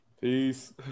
Peace